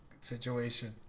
situation